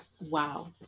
Wow